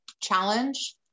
challenge